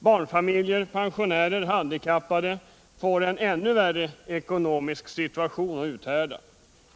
Barnfamiljer, pensionärer och handikappade kommer att få en ännu värre ekonomisk situation att uthärda.